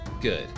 Good